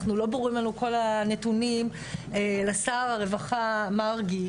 אנחנו לא ברורים לנו כל הנתונים לשר הרווחה מרגי,